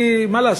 כי מה לעשות?